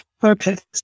purpose